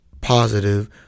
positive